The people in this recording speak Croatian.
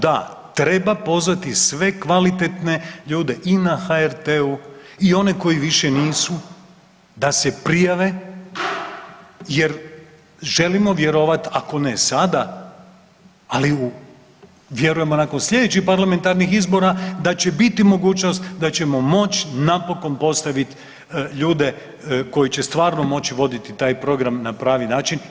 Da, treba pozvati sve kvalitetne ljude i na HRT-u i one koji više nisu da se prijave jer želimo vjerovati ako ne sada, ali vjerujemo nakon sljedećih parlamentarnih izbora da će biti mogućnost da ćemo moći napokon postaviti ljude koji će stvarno moći voditi taj program na pravi način.